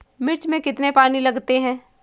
मिर्च में कितने पानी लगते हैं?